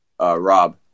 Rob